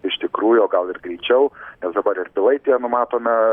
iš tikrųjų o gal ir greičiau nes dabar ir pilaitėje numatome